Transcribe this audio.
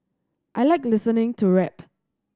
I like listening to rap